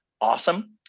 Awesome